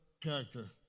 character